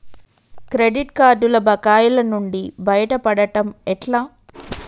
Credit కార్డుల బకాయిల నుండి బయటపడటం ఎట్లా?